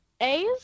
A's